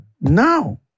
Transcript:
Now